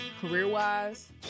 career-wise